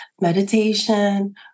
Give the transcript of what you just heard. meditation